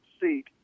seat